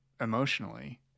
emotionally